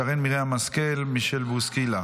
שרן מרים השכל ומישל בוסקילה.